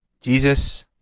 Jesus